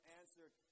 answered